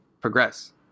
progress